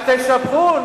אז תשבחו.